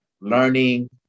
learning